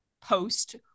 post